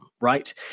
right